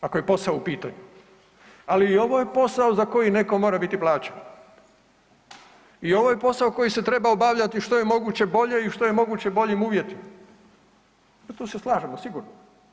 I neka su, ako je posao u pitanu, ali i ovo je posao za koji neko mora biti plaćen i ovo je posao koji se treba obavljati što je moguće bolje i u što je moguće boljim uvjetima tu se slažemo sigurno.